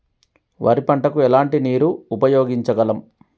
వరి పంట కు ఎలాంటి నీరు ఉపయోగించగలం?